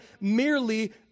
merely